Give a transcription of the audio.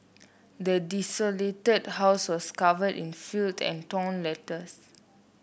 the desolated house was covered in filth and torn letters